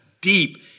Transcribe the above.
deep